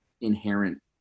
inherent